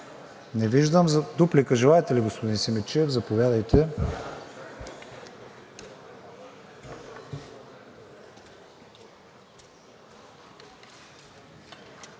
Не виждам. Дуплика желаете ли, господин Симидчиев? Заповядайте.